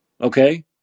okay